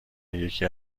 یکی